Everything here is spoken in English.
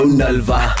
nalva